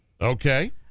Okay